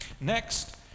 Next